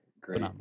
great